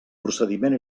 procediment